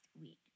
week